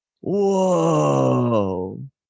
Whoa